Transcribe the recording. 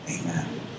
amen